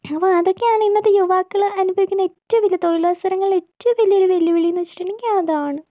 അപ്പോൾ അതൊക്കെയാണ് ഇന്നത്തെ യുവാക്കൾ അനുഭവിക്കുന്ന ഏറ്റവും വലിയ തൊഴിലവസരങ്ങള് ഏറ്റവും വലിയ ഒരു വെല്ലുവിളിയെന്ന് വച്ചിട്ടുണ്ടെങ്കിലതാണ്